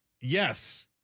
yes